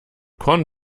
korn